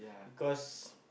because